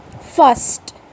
First